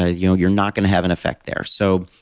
ah you know you're not going to have an effect there. so,